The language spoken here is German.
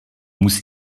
muss